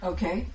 Okay